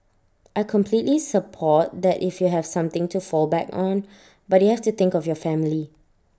I completely support that if you have something to fall back on but you have to think of your family